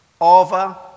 over